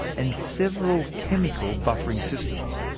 and several chemical buffering systems.